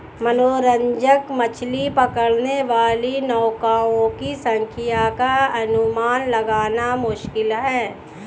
मनोरंजक मछली पकड़ने वाली नौकाओं की संख्या का अनुमान लगाना मुश्किल है